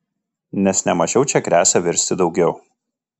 nes ne mažiau čia gresia virsti daugiau